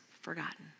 forgotten